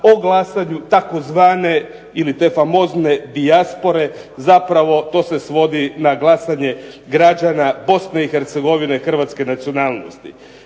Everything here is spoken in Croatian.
o glasanju tzv. ili te famozne dijaspore, zapravo to se svodi na glasanje građana BiH hrvatske nacionalnosti.